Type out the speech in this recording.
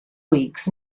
weeks